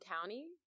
County